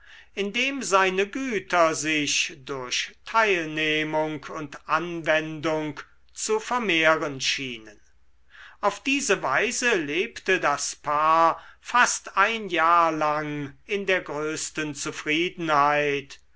indem seine güter sich durch teilnehmung und anwendung zu vermehren schienen auf diese weise lebte das paar fast ein jahr lang in der größten zufriedenheit